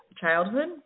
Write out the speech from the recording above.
childhood